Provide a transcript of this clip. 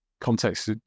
context